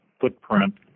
footprint